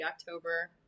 October